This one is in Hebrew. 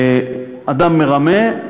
אדם מרמה,